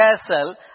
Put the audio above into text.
castle